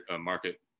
market